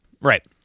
Right